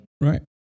right